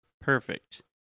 Perfect